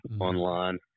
online